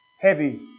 Heavy